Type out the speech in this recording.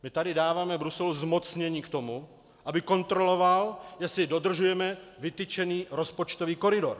My tady dáváme Bruselu zmocnění k tomu, aby kontroloval, jestli dodržujeme vytyčený rozpočtový koridor.